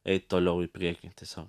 eit toliau į priekį tiesiog